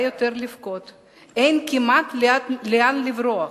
בא יותר לבכות / אין כמעט לאן לברוח,